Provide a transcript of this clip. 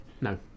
No